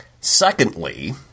Secondly